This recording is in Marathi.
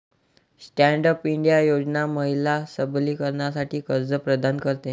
स्टँड अप इंडिया योजना महिला सबलीकरणासाठी कर्ज प्रदान करते